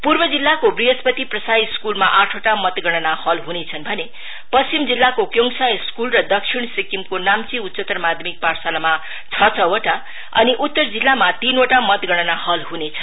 पूर्व जिल्लाको पृहस्पति प्रसाँइ स्कूलमा आठवटा मतगणना हल ह्नेछन् भने पश्चिम जिल्लाको क्योडसा स्कूल र दक्षिण सिक्किमको नाम्ची उच्चतर माध्यमिक पाठशालामा छ छ वटा अनि उत्तर जिल्लामा तीनवटा मतगणना हल ह्नेछ